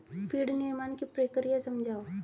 feed निर्माण की प्रक्रिया समझाओ